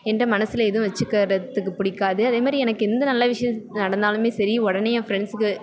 என்கிட்ட மனசில் எதுவும் வச்சுக்கிறதுக்கு பிடிக்காது அதேமாதிரி எனக்கு எந்த நல்ல விஷயம் நடந்தாலும் சரி உடனே என் ஃப்ரெண்ட்ஸ்க்கு